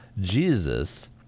Jesus